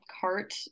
cart